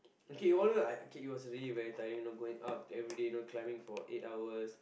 okay you wanna know K it was really very tiring you know going up everyday you know climbing for eight hours